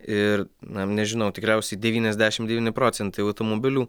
ir na nežinau tikriausiai devyniasdešimt devyni procentai automobilių